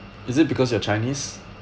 is it because you are chinese